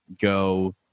go